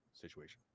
situation